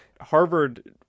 Harvard